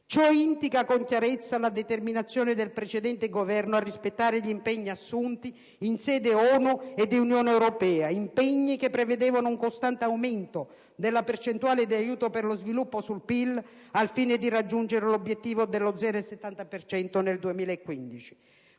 Ciò indica con chiarezza la determinazione del precedente Governo a rispettare gli impegni assunti in sede ONU e Unione europea, impegni che prevedevano un costante aumento della percentuale di aiuto per lo sviluppo sul PIL, al fine di raggiungere l'obiettivo dello 0,70 per cento